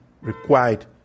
required